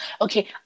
Okay